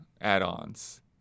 add-ons